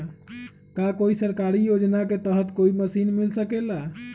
का कोई सरकारी योजना के तहत कोई मशीन मिल सकेला?